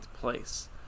place